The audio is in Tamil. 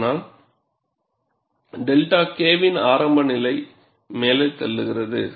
இதனால் 𝛅 K வின் ஆரம்ப நிலையை மேலே தள்ளுகிறது